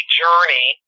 journey